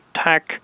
attack